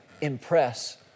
impress